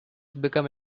become